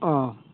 অঁ